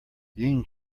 ying